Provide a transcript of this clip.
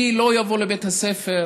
מי לא יבוא לבית הספר,